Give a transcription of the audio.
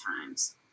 times